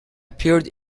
appeared